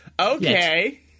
Okay